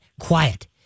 Quiet